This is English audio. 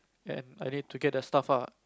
and I need to get the stuff ah